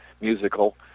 musical